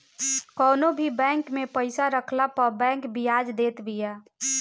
कवनो भी बैंक में पईसा रखला पअ बैंक बियाज देत बिया